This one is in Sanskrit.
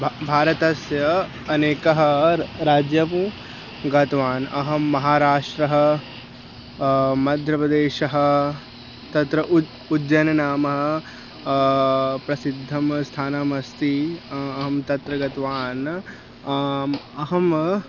भारतस्य अनेकं राज्यं गतवान् अहं महाराष्ट्रः मध्यप्रदेशः तत्र उज् उज्जयिनीनाम प्रसिद्धं स्थानम् अस्ति अहं तत्र गतवान् अहम्